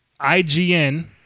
IGN